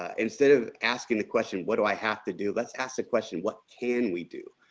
ah instead of asking the question what do i have to do. let's ask the question, what can we do?